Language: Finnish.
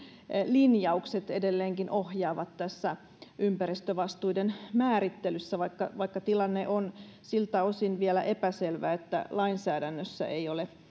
linjaukset nyt edelleenkin ohjaavat ympäristövastuiden määrittelyssä vaikka vaikka tilanne on siltä osin vielä epäselvä että lainsäädännössä ei ole